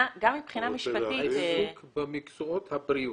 עיסוק במקצועות הבריאות.